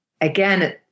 again